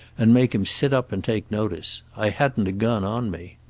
and make him sit up and take notice. i hadn't a gun on me.